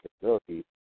capabilities